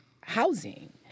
housing